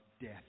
death